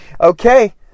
Okay